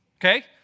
okay